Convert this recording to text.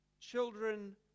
Children